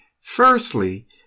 Firstly